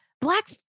black